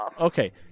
Okay